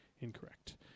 Incorrect